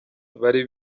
bari